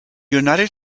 united